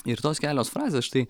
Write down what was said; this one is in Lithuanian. ir tos kelios frazės štai